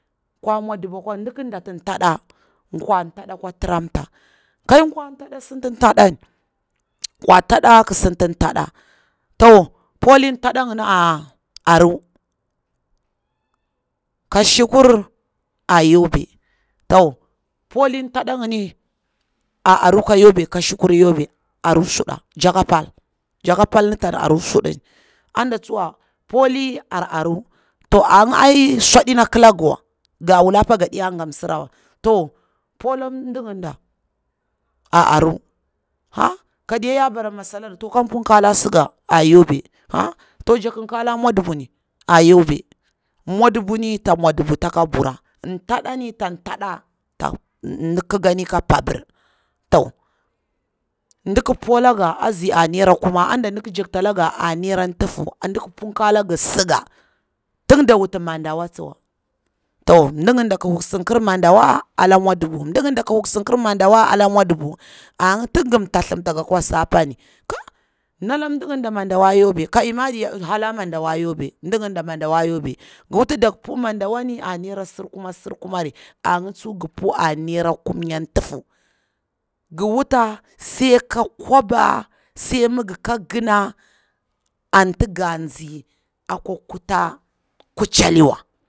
Kwa mwadubu ngwa, diki dati taɗa kwa taɗa akwa tiramta, kai kwa taɗa sinti taɗa ni, kwa tada ki sinti taɗa to poli tada ngini e aru, ka shikar a yobe, to poli taɗa ngini aru ka yobe ka shikururu yobe suɗa jako pal, jaka pal ni tan aru suɗu ni, a da tsuwa poli ar aru a ngi ai suɗina kilangiwa, ga wula apa ga diya nga msirawa ta pola mdinginda aaru a a ka diya ya bara masa lari, to kan punkakari sugar a yobe aa te jakin kala mwadubu ni a yobe, mwadubu ni ta mwadubu taka bura tada ni tan tada to ndi kikani ka pabir, ndiki pola ga azi a naira kuma a ɗala dik jaktalanga a naira tufu ni punka langi sugar tin da wuti mandawa tsuwa, to mdininda ki kuskirin mandawa ala mwadubu, mdinginda huskin kir mandawa alla mwadubu arga tin gi thatimta ga kwa sa pani kai nda mdiginda mandawa yobe ka ima hala mandawa yobe, mdiginda mandawa yobe, ngi wuti dok pu mandawani a naira surkunari surkumari, a glitsuwa ngi pu a naira kumnya tufu. Ngi wuta sai ka kwaba, sai mi ngi ka gina anti nga nzi a kwa kuta kuchali kuwa.